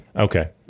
Okay